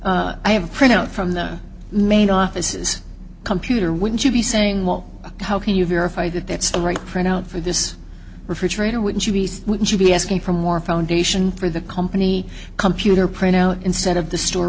get i have printed out from the main offices computer wouldn't you be saying well how can you verify that that's the right print out for this refrigerator wouldn't you wouldn't you be asking for more foundation for the company computer printout instead of the store